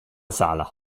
sala